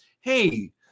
hey